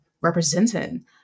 representing